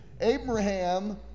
Abraham